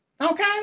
okay